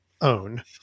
own